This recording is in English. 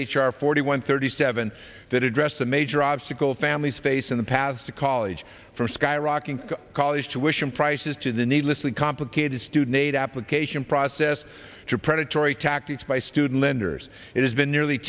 r forty one thirty seven that addressed the major obstacle families face in the path to college from skyrocketing college tuition prices to the needlessly complicated student aid application process to predatory tactics by student lenders it has been nearly